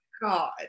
God